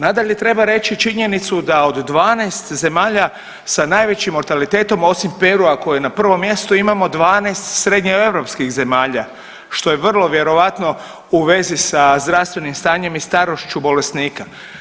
Nadalje, treba reći činjenicu da od 12 zemalja sa najvećim mortalitetom osim Perua koji je na prvom mjestu imamo 12 srednjeeuropskih zemalja što je vrlo vjerojatno u vezi sa zdravstvenim stanjem i starošću bolesnika.